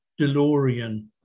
DeLorean